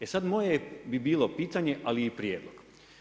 E sad moje bi bilo pitanje ali i prijedlog.